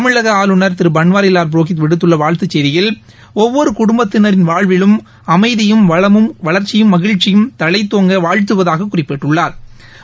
தமிழகஆளுநர் திருபன்வாரிவால் புரோஹித் விடுத்துள்ள செய்தியில் ஒவ்வொருகுடுப்பத்தினரின் வாழ்விலும் அமைதியும் வளமும் வளா்ச்சியும் மகிழ்ச்சியும் தழைத்தோங்க வாழ்த்துவதாகக் குறிப்பிட்டுள்ளாா்